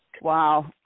Wow